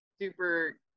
super